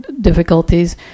difficulties